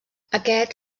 aquest